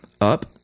Up